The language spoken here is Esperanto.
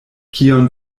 kion